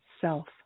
self